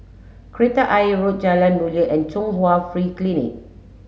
Kreta Ayer Road Jalan Mulia and Chung Hwa Free Clinic